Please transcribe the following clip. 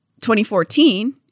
2014